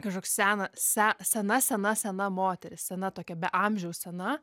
kažkoks sena se sena sena sena moteris sena tokia be amžiaus sena